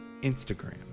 Instagram